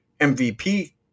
MVP –